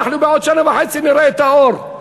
אנחנו בעוד שנה וחצי נראה את האור.